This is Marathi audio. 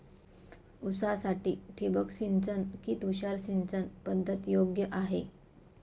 ऊसासाठी ठिबक सिंचन कि तुषार सिंचन पद्धत योग्य आहे?